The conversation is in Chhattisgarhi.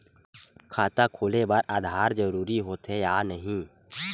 खाता खोले बार आधार जरूरी हो थे या नहीं?